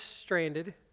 stranded